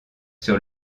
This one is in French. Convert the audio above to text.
sur